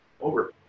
over